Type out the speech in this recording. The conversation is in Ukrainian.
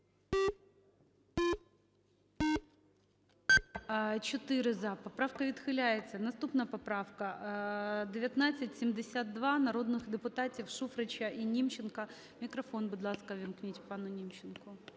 За-4 Поправка відхиляється. Наступна поправка 1972, народних депутатів Шуфрича і Німченка. Мікрофон, будь ласка, увімкніть пану Німченку.